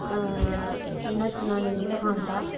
नच्चना नेईं सखांदा